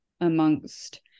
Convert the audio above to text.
amongst